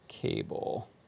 cable